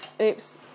oops